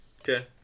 Okay